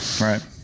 Right